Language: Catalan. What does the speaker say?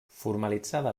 formalitzada